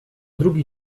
drugi